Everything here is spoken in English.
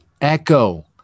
echo